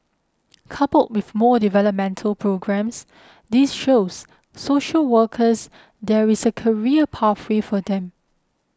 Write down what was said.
coupled with more developmental programmes this shows social workers there is a career pathway for them